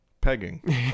Pegging